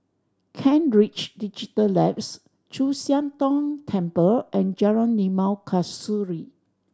Kent Ridge Digital Labs Chu Siang Tong Temple and Jalan Limau Kasturi